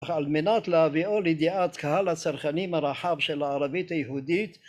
על מנת להביאו לידעת קהל הצרכנים הרחב של הערבית היהודית